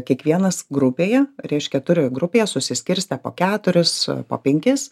kiekvienas grupėje reiškia turi grupėje susiskirstę po keturis po penkis